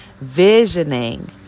visioning